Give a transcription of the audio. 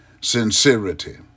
sincerity